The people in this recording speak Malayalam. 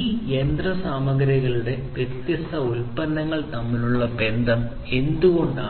ഈ യന്ത്രസാമഗ്രികളുടെ ഈ വ്യത്യസ്ത ഉത്പന്നങ്ങൾ തമ്മിലുള്ള ബന്ധം എന്തുകൊണ്ട്